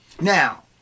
Now